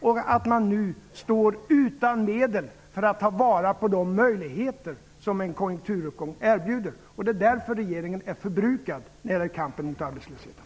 Nu står man utan medel för att kunna ta vara på de möjligheter som en konjunkturuppgång erbjuder. Det är därför som regeringen är förbrukad när det gäller kampen mot arbetslösheten.